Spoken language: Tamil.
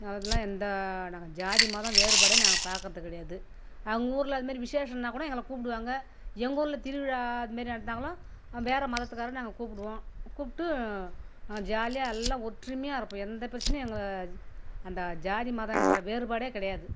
அதெலாம் எந்த நாங்கள் ஜாதி மதம் வேறுபாடே நாங்கள் பார்க்கறது கிடையாது அவங்க ஊரில் அதுமாரி விசேஷோன்னா கூட எங்களை கூப்பிடுவாங்க எங்கள் ஊரில் திருவிழா அதுமாரி நடந்தாலும் வேறு மதத்துக்காரரை நாங்கள் கூப்பிடுவோம் கூப்பிட்டு ஜாலியாக எல்லா ஒற்றுமையாக இருப்போம் எந்த பிரச்சனையும் எங்கள் அந்த ஜாதி மதம்ற வேறுபாடே கிடையாது